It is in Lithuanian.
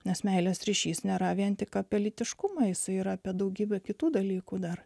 nes meilės ryšys nėra vien tik apie lytiškumą jisai yra apie daugybę kitų dalykų dar